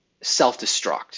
self-destruct